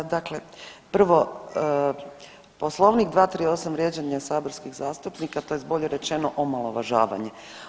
238., dakle prvo Poslovnik 238., vrijeđanje saborskih zastupnika tj. bolje rečeno omalovažavanje.